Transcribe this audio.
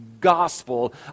gospel